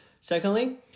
Secondly